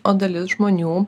o dalis žmonių